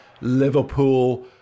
Liverpool